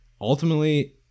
ultimately